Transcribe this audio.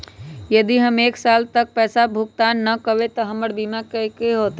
यदि हम एक साल तक पैसा भुगतान न कवै त हमर बीमा के की होतै?